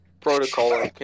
Protocol